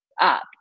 up